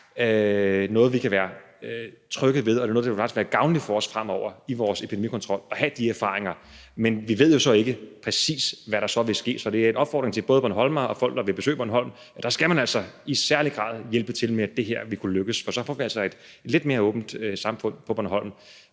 noget, vi kan være trygge ved, og at det faktisk også vil være gavnligt for os fremover i vores epidemikontrol at have de erfaringer. Men vi ved jo ikke præcis, hvad der så vil ske, så det er en opfordring til både bornholmere og folk, der vil besøge Bornholm, om, at man altså i særlig grad skal hjælpe til med, at det her vil kunne lykkes. For så får vi altså et lidt mere åbent samfund på Bornholm,